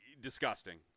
disgusting